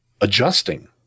adjusting